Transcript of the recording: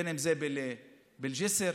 בג'יסר,